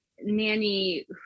nanny